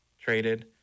traded